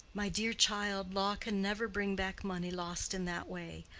my dear child, law can never bring back money lost in that way.